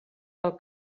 del